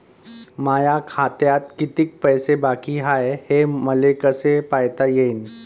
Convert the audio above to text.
माया खात्यात कितीक पैसे बाकी हाय हे मले कस पायता येईन?